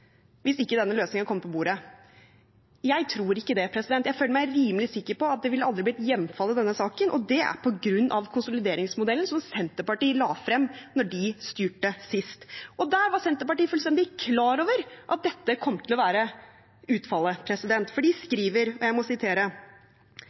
hvis ikke denne løsningen hadde kommet på bordet. Jeg tror ikke det. Jeg føler meg rimelig sikker på at det aldri ville blitt hjemfall i denne saken, og det er på grunn av konsolideringsmodellen, som Senterpartiet la frem da de styrte sist. Der var Senterpartiet fullstendig klar over at dette kom til å være utfallet, for de